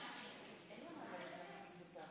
קשה ומאתגרת.